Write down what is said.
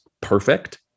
perfect